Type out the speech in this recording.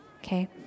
Okay